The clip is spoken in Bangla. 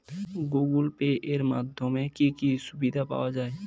গুগোল পে এর মাধ্যমে কি কি সুবিধা পাওয়া যায়?